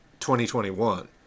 2021